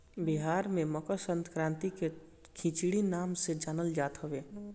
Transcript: बिहार में मकरसंक्रांति के खिचड़ी नाम से जानल जात हवे